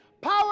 power